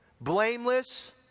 Blameless